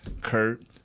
Kurt